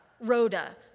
Rhoda